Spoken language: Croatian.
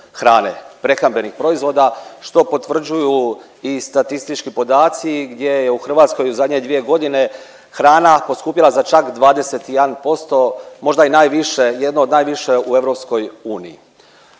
hrane, prehrambenih proizvoda što potvrđuju i statistički podaci gdje u Hrvatskoj u zadnje dvije godine hrana poskupjela za čak 21%, možda i najviše, jedno od najviše u EU. Mi